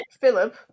Philip